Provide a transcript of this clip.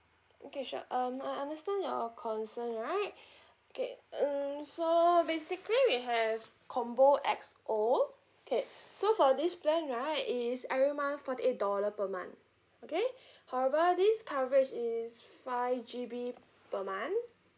okay sure um I understand your concern right okay mm so basically we have combo X_O okay so for this plan right it's every month forty eight dollar per month okay however this coverage is five G_B per month